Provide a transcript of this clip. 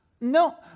No